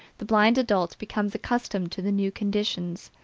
the blind adult becomes accustomed to the new conditions,